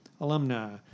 alumni